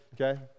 okay